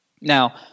Now